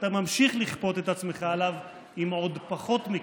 ואתה ממשיך לכפות את עצמך עליו עם עוד פחות מכך.